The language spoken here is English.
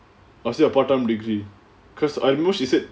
or is it a part time degree because I know she said